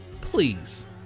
please